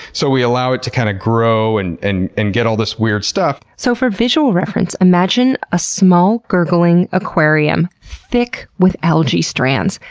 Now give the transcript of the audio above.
so we allow it to kind of grow and and and get all this weird stuff. so for visual reference, imagine a small, gurgling aquarium, thick with algae strands.